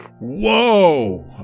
whoa